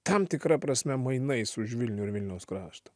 tam tikra prasme mainais už vilnių ir vilniaus kraštą